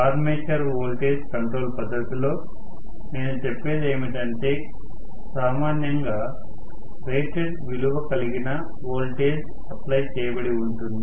armature voltage control పద్ధతిలో నేను చెప్పేది ఏమిటంటే సామాన్యంగా రేటెడ్ విలువ కలిగిన ఓల్టేజ్ అప్లై చేయబడి ఉంటుంది